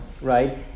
right